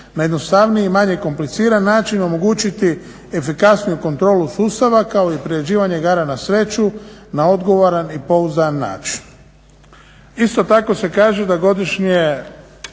na jednostavniji, manje kompliciran način. Omogućiti efikasniju kontrolu sustava kao i priređivanje igara na sreću na odgovoran i pouzdan način.